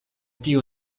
tio